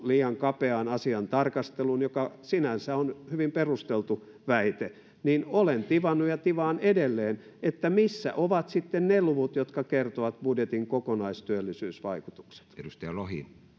liian kapeaan asian tarkasteluun mikä sinänsä on hyvin perusteltu väite niin olen tivannut ja tivaan edelleen missä ovat sitten ne luvut jotka kertovat budjetin kokonaistyöllisyysvaikutukset